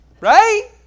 Right